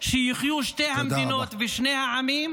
איזה כיבוש היה בבארי.